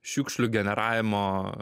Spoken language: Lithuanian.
šiukšlių generavimo